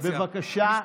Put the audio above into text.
אופיר, בבקשה.